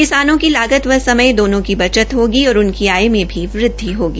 किसानों की लागत व समय दोनों की बचत होगी और उनकी आय में भी वृदधि होगी